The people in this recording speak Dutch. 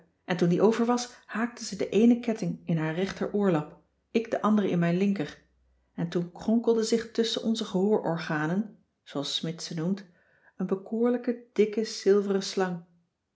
en toen die over was haakte ze den eenen ketting in haar rechteroorlap ik den andere in mijn linker en toen kronkelde zich tusschen onze gehoororganen zooals smidt ze noemt een bekoorlijke dikke zilveren slang